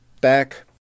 back